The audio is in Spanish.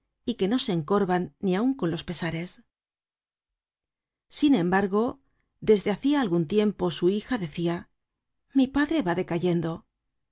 y que no se encorvan ni aun con los pesares sin embargo desde hacia algun tiempo su hija decia mi padre va decayendo